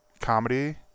comedy